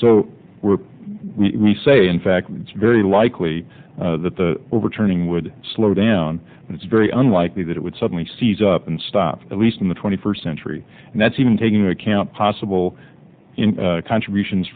so we're we say in fact it's very likely that the overturning would slow down and it's very unlikely that it would suddenly seize up and stop at least in the twenty first century and that's even taking a can possible contributions